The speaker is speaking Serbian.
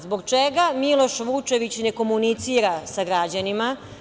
Zbog čega Miloš Vukčević ne komunicira sa građanima?